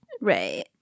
Right